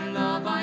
love